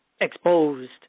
exposed